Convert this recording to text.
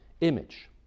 image